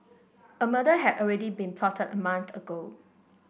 a murder had already been plotted a month ago